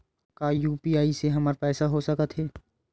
का यू.पी.आई से हमर पईसा हो सकत हे?